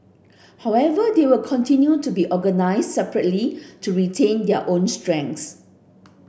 however they will continue to be organised separately to retain their own strengths